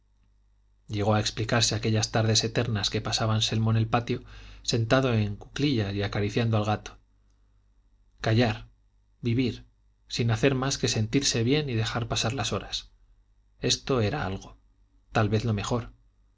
llegó a explicarse aquellas tardes eternas que pasaba anselmo en el patio sentado en cuclillas y acariciando al gato callar vivir sin hacer más que sentirse bien y dejar pasar las horas esto era algo tal vez lo mejor